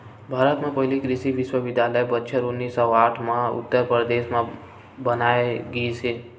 भारत म पहिली कृषि बिस्वबिद्यालय बछर उन्नीस सौ साठ म उत्तर परदेस म बनाए गिस हे